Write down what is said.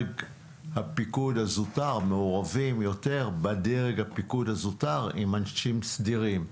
הפיקוד הזוטר מעורבים יותר עם אנשים סדירים,